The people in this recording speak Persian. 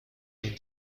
این